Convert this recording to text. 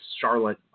Charlotte